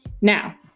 Now